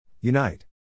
Unite